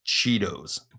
Cheetos